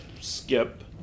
skip